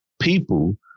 people